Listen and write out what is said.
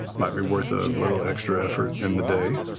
might be worth a little extra effort in the day.